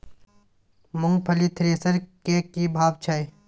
मूंगफली थ्रेसर के की भाव छै?